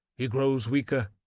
he grows weaker,